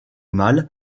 mâles